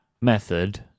method